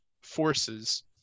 forces